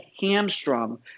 hamstrung